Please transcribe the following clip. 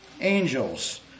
angels